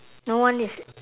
no one is